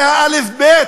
זה אלף-בית